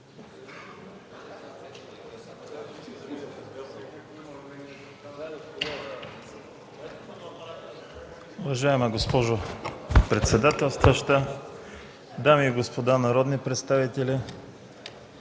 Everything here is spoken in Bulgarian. уважаема госпожо председател. Уважаеми дами и господа народни представители,